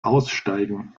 aussteigen